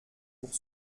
pour